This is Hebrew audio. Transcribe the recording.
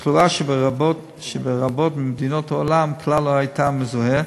תחלואה שברבות ממדינות העולם כלל לא הייתה מזוהה,